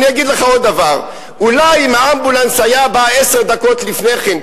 אני אגיד לך עוד דבר: אולי אם האמבולנס היה בא עשר דקות לפני כן,